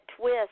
twist